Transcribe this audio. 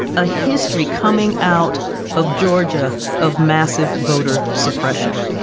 a history coming out of georgia of massive voter suppression.